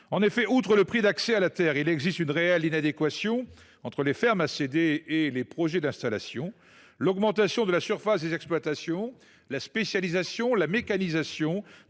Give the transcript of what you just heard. problématique du prix d’accès à la terre, il existe une réelle inadéquation entre les fermes à céder et les projets d’installation. L’augmentation de la surface des exploitations, la spécialisation, la mécanisation